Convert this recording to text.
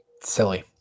Silly